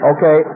Okay